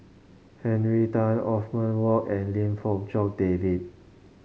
Henry Tan Othman Wok and Lim Fong Jock David